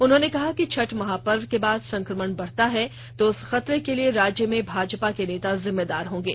उन्होंने कहा कि छठ महापर्व के बाद संक्रमण बढ़ता है तो उस खतरे के लिए राज्य में भाजपा के नेता जिम्मेदार होंगे